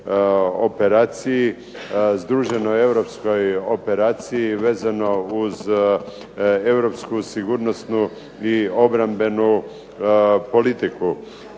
operaciji, združenoj europskoj operaciji, vezano uz europsku sigurnosnu i obrambenu politiku.